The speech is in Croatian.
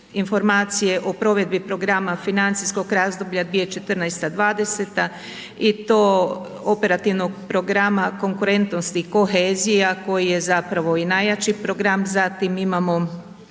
o provedbi programa financijskog razdoblja 2014.- '20. i to Operativnog programa konkurentnost i kohezija koji je zapravo i najjači program, zatim imamo